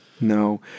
No